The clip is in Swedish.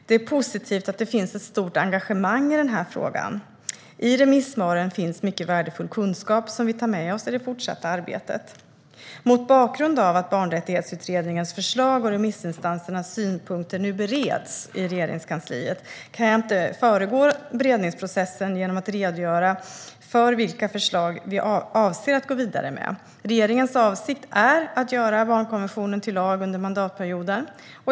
Det är positivt att det finns ett stort engagemang i frågan. I remissvaren finns mycket värdefull kunskap som vi tar med oss i det fortsatta arbetet. Mot bakgrund av att Barnrättighetsutredningens förslag och remissinstansernas synpunkter nu bereds i Regeringskansliet kan jag inte föregripa beredningsprocessen genom att redogöra för vilka förslag vi avser att gå vidare med. Regeringens avsikt är att göra barnkonventionen till lag under mandatperioden.